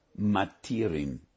matirim